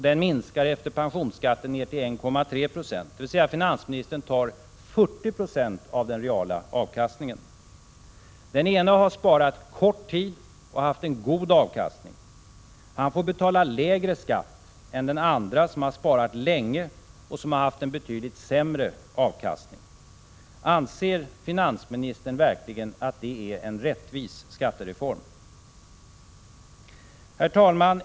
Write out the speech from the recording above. Den minskar efter pensionsskatten till 1,3 20 — dvs. finansministern tar 40 96 av den reala avkastningen. Den ene har sparat kort tid och haft en god avkastning. Han får betala lägre skatt än den andre, som sparat länge och haft en betydligt sämre avkastning. Anser finansministern verkligen att det är en rättvis skattereform? Herr talman!